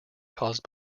caused